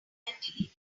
deleted